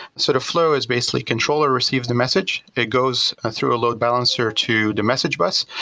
sort of flow is basically controller receives the message, it goes through a load balancer to the message bus,